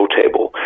table